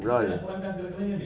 right